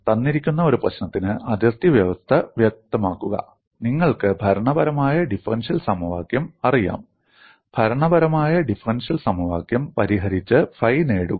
തന്നിരിക്കുന്ന ഒരു പ്രശ്നത്തിന് അതിർത്തി വ്യവസ്ഥ വ്യക്തമാക്കുക നിങ്ങൾക്ക് ഭരണപരമായ ഡിഫറൻഷ്യൽ സമവാക്യം അറിയാം ഭരണപരമായ ഡിഫറൻഷ്യൽ സമവാക്യം പരിഹരിച്ച് ഫൈനേടുക